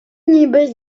niby